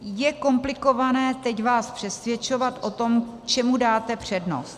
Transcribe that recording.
Je komplikované teď vás přesvědčovat o tom, čemu dáte přednost.